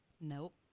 Nope